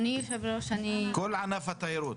כל ענף התיירות.